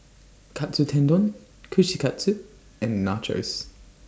Katsu Tendon Kushikatsu and Nachos